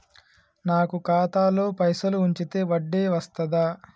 నాకు ఖాతాలో పైసలు ఉంచితే వడ్డీ వస్తదా?